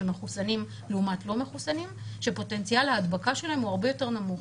מחוסנים לעומת לא מחוסנים שפוטנציאל ההדבקה שלהם הוא הרבה יותר נמוך,